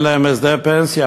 אין להם הסדר פנסיה,